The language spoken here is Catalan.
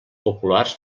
populars